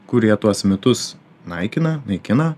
kurie tuos mitus naikina naikina